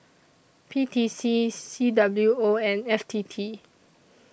P T C C W O and F T T